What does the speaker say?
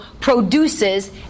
produces